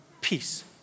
peace